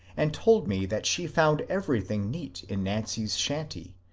and told me that she found everything neat in nancy's shanty,